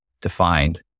defined